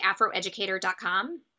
Afroeducator.com